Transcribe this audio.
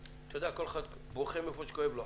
כל אחד בוכה מאיפה שכואב לו.